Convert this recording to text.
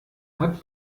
hat